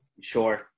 Sure